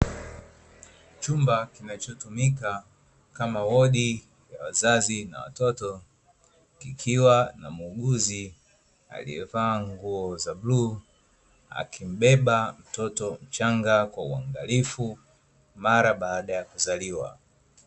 Chumba kinachotumika kama wodi ya wazazi na watoto, kikiwa na muuguzi aliyevaa nguo za bluu akimbeba mtoto mchanga kwa uangalifu, mara baada ya kuzaliwa.